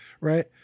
right